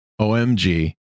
OMG